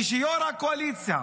כשיו"ר הקואליציה